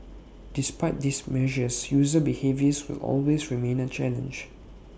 despite these measures user behaviour will always remain A challenge